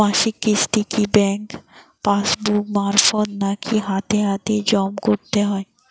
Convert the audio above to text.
মাসিক কিস্তি কি ব্যাংক পাসবুক মারফত নাকি হাতে হাতেজম করতে হয়?